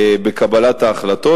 בקבלת ההחלטות.